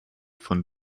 von